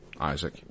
Isaac